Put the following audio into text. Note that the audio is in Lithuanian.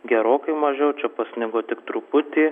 gerokai mažiau čia pasnigo tik truputį